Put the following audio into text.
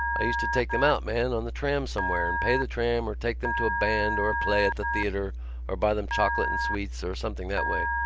i used to take them out, man, on the tram somewhere and pay the tram or take them to a band or a play at the theatre or buy them chocolate and sweets or something that way.